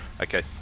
Okay